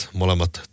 molemmat